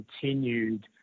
continued